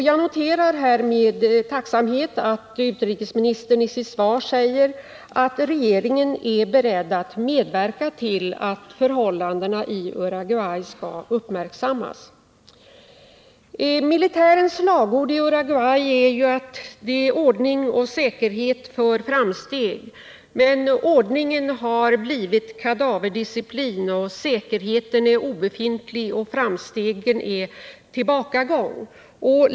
Jag noterar med tacksamhet att utrikesministern i sitt svar säger att regeringen är beredd att medverka till att förhållandena i Uruguay skall uppmärksammas. Militärens slagord i Uruguay är ”Ordning och säkerhet för framsteg”. Men ordningen har blivit kadaverdisciplin, säkerheten obefintlig och framstegen tillbakagång.